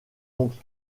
oncle